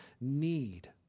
need